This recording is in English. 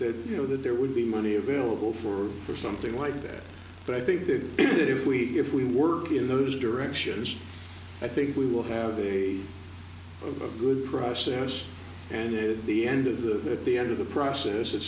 that you know that there would be money available for or something like that but i think that it if we if we work in those directions i think we will have a a good process and if the end of the at the end of the process at